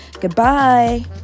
Goodbye